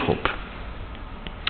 hope